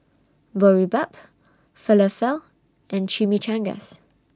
Boribap Falafel and Chimichangas